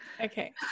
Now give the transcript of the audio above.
Okay